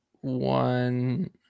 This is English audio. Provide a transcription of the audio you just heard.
one